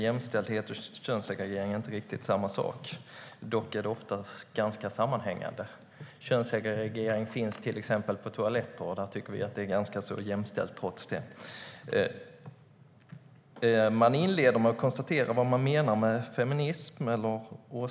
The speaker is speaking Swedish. Jämställdhet och könssegregering är inte riktigt samma sak. Dock är de ofta ganska sammanhängande. Könssegregering finns till exempel på toaletter, men där tycker vi att det är ganska jämställt trots det. Åsa Regnér inleder med att förklara vad man menar med feminism.